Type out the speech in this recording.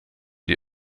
die